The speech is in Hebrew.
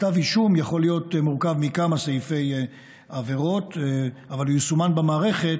כתב אישום יכול להיות מורכב מכמה סעיפי עבירות אבל הוא יסומן במערכת